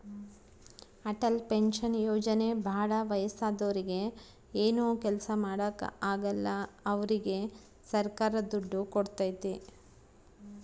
Atal pension ಯೋಜನೆ ಭಾಳ ವಯಸ್ಸಾದೂರಿಗೆ ಏನು ಕೆಲ್ಸ ಮಾಡಾಕ ಆಗಲ್ಲ ಅವ್ರಿಗೆ ಸರ್ಕಾರ ದುಡ್ಡು ಕೋಡ್ತೈತಿ